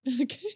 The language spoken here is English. Okay